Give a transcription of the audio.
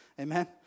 Amen